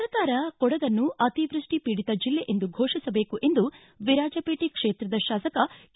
ಸರ್ಕಾರ ಕೊಡಗನ್ನು ಅತಿವೃಷ್ಟಿ ಪೀಡಿತ ಜಿಲ್ಲೆ ಎಂದು ಘೋಷಿಸಬೇಕು ಎಂದು ವೀರಾಜಪೇಟೆ ಕ್ಷೇತ್ರದ ಶಾಸಕ ಕೆ